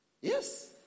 Yes